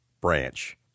branch